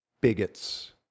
bigots